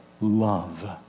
love